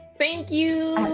thank you.